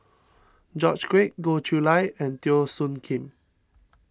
George Quek Goh Chiew Lye and Teo Soon Kim